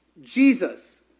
Jesus